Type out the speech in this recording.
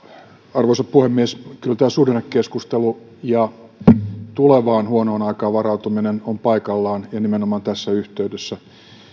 arvoisa puhemies kyllä tämä suhdannekeskustelu ja tulevaan huonoon aikaan varautuminen ovat paikallaan ja nimenomaan tässä yhteydessä